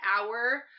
hour